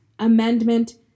amendment